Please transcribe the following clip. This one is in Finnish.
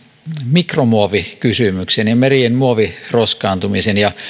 mikromuovikysymyksen ja merien muoviroskaantumisen